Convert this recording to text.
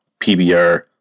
PBR